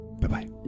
Bye-bye